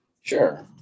Sure